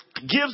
gives